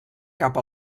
cap